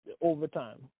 overtime